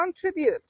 contribute